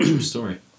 Story